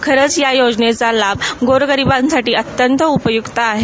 खरंच या योजनेचा लाभ गोरगरिबांसाठी अत्यंत उपयुक्त आहे